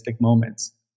moments